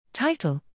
Title